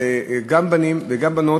גם בנים וגם בנות,